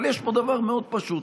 אבל יש פה דבר מאוד פשוט.